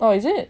oh is it